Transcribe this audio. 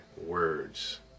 words